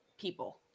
people